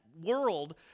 world